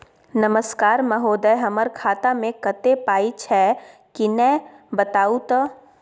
नमस्कार महोदय, हमर खाता मे कत्ते पाई छै किन्ने बताऊ त?